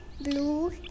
blue